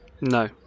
No